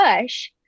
push